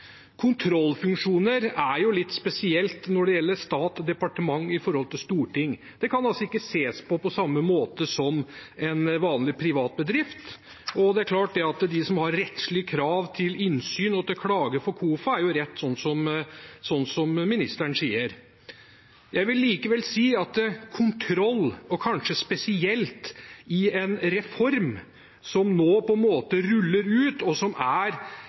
Kontrollfunksjoner er litt spesielt når det gjelder stat og departement i forhold til storting. Det kan ikke ses på på samme måte som en vanlig privat bedrift, og det er klart at de som har rettslige krav til innsyn og til klage for KOFA, har rett til det, som ministeren sier. Jeg vil likevel si at når det gjelder kontroll, kanskje spesielt i en reform som nå på en måte ruller ut, og som er,